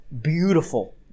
beautiful